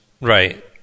Right